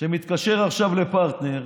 שמתקשר עכשיו לפרטנר,